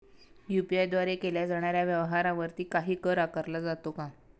UPI द्वारे केल्या जाणाऱ्या व्यवहारावरती काही कर आकारला जातो का?